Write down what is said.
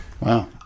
wow